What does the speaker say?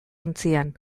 ontzian